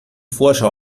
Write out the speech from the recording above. vorschau